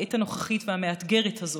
בעת הנוכחית והמאתגרת הזאת,